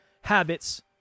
habits